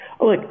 look